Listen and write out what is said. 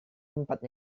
tempat